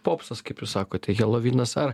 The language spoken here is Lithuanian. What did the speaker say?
popsas kaip jūs sakote helovinas ar